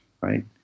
right